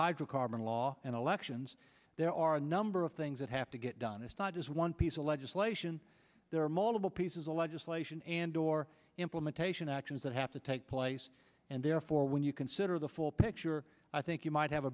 hydrocarbon law and elections there are a number of things that have to get done it's not just one piece of legislation there are multiple pieces of legislation and door implementation actions that have to take place and therefore when you consider the full picture i think you might have